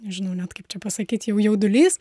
nežinau net kaip čia pasakyt jau jaudulys